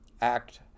act